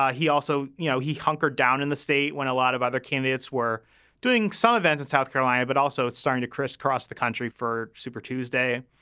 ah he also, you know, he hunkered down in the state when a lot of other candidates were doing some events in south carolina. but also, it's starting to criss cross the country for super tuesday.